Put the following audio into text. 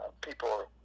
people